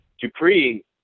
Dupree